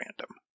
random